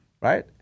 Right